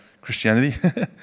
Christianity